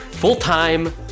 Full-time